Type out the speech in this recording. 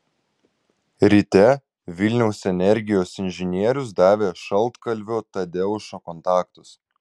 ryte vilniaus energijos inžinierius davė šaltkalvio tadeušo kontaktus